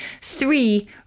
three